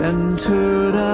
Entered